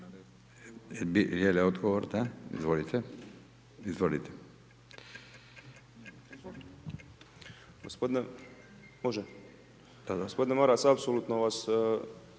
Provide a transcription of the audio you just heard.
Gospodine Maras apsolutno vas